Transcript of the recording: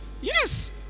Yes